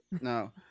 No